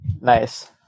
Nice